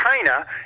china